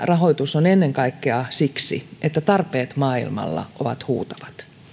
rahoitus on ennen kaikkea siksi että tarpeet maailmalla ovat huutavat